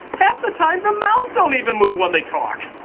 half the time the mouths don't even move when they talk!